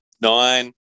nine